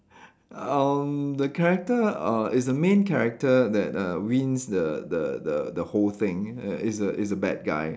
um the character uh is the main character that uh wins the the the the whole thing ya is a is a bad guy